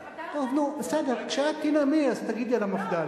בסדר, כשאת תנאמי תגידי על המפד"ל.